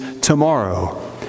tomorrow